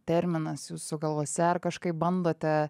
terminas jūsų galvose ar kažkaip bandote